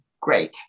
great